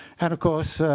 and of course,